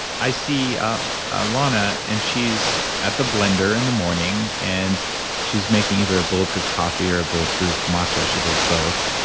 i see ah lana, and she's at the blender in the morning and she's making making either a bulletproof coffee or a bulletproof mocha she does both.